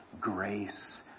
grace